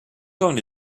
going